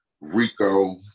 Rico